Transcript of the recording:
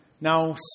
now